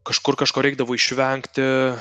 kažkur kažko reikdavo išvengti